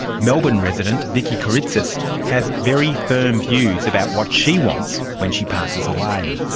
melbourne resident vickie kyritsis has very firm views about what she wants when she passes away.